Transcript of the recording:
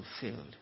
fulfilled